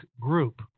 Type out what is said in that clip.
group